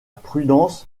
prudence